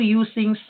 using